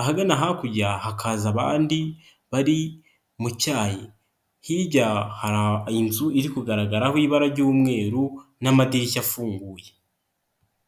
ahagana hakurya hakaza abandi bari mu cyayi, hirya inzu iri kugaragaraho ibara ry'umweru n'amadirishya afunguye.